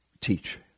teach